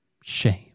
shame